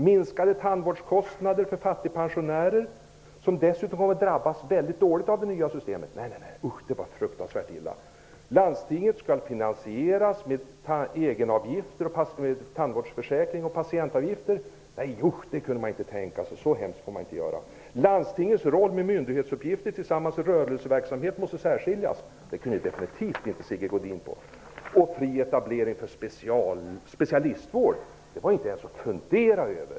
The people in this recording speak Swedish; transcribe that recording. Minskade tandvårdskostnader för fattigpensionärer, som dessutom kommer att drabbas väldigt hårt av det nya systemet. Nej, nej, nej! -- usch, det var fruktansvärt illa! Landstingets tandvård skall finansieras genom tandvårdsförsäkring och patientavgifter. Nej usch! -- det kunde man inte tänka sig! Så hemskt får man inte göra! Landstingets myndighetsuppgifter och rörelseverksamhet måste särskiljas. Det kunde definitivt inte Sigge Godin gå med på! Fri etablering för specialistvård. Det var inte ens att fundera över!